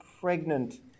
pregnant